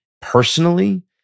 personally